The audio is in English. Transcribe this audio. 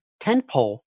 tentpole